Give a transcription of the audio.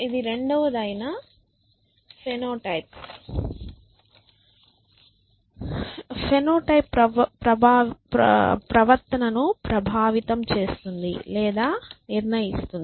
ఇది రెండవదైన ఫెనోటైప్ ప్రవర్తనను ప్రభావితం చేస్తుంది లేదా నిర్ణయిస్తుంది